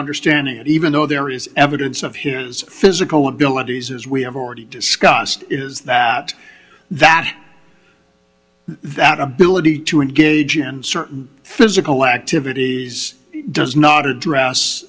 understanding that even though there is evidence of his physical abilities as we have already discussed it is that that that ability to engage in certain physical activity does not address